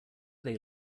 they